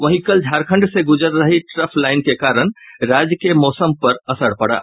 वहीं कल झारखण्ड से गुजर रही ट्रफलाइन के कारण राज्य के मौसम पर असर पड़ा